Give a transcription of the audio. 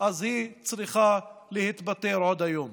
אז היא צריכה להתפטר עוד היום.